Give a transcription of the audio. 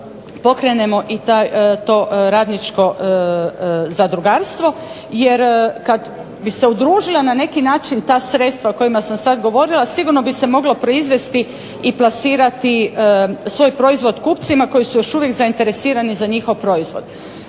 pokrenemo i to radničko zadrugarstvo. Jer kad bi se udružila na način ta sredstva o kojima sam sad govorila sigurno bi se moglo proizvesti i plasirati svoj proizvod kupcima, koji su još uvijek zainteresirani za njihov proizvod.